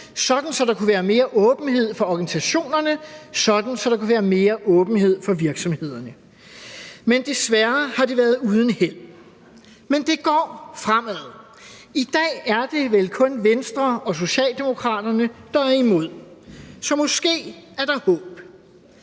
sådan at der kunne være mere åbenhed for organisationerne, sådan at der kunne være mere åbenhed for virksomhederne, men desværre har det været uden held. Men det går fremad. I dag er det vel kun Venstre og Socialdemokraterne, der er imod, så måske er der håb.